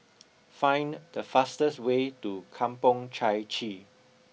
find the fastest way to Kampong Chai Chee